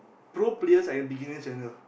pro players are in beginner channel